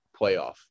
playoff